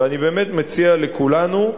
ואני באמת מציע לכולנו,